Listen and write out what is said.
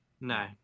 No